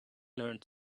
learned